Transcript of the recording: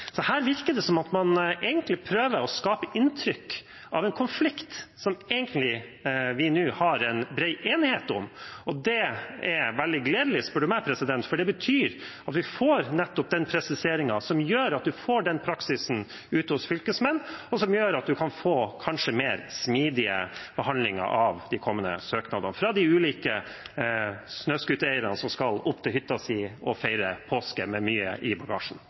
Her virker det som om man prøver å skape inntrykk av en konflikt der vi nå egentlig har bred enighet. Det er veldig gledelig, for det betyr at vi får nettopp den presiseringen som gjør at man får den praksisen ute hos fylkesmennene, og som gjør at man kanskje kan få en mer smidig behandling av de kommende søknadene fra de ulike snøscootereierne som skal opp til hytta si og feire påske med mye i bagasjen.